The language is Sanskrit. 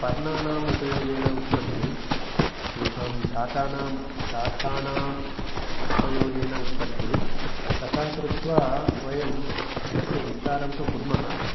पर्णानाम् उपयोगेन उत्पत्तिः तेषां शाकानां शाखानाम् उपयोगेन उत्पत्तिः तथा कृत्वा वयं तस्य विस्तारं तु कुर्मः